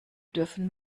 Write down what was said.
dürfen